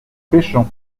pêchons